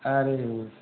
अरे